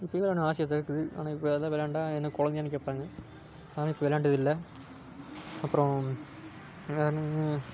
இப்பயும் விளையாடணும் ஆசையாக தான் இருக்குது ஆனால் இப்போ அதலாம் விளையாண்டால் என்ன கொழந்தையானு கேட்பாங்க அதனால் இப்போ விளையாண்டது இல்லை அப்புறம் வேறு என்ன